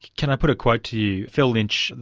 can i put a quote to you? phil lynch,